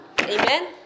Amen